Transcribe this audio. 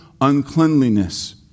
uncleanliness